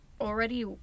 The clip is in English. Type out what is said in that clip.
already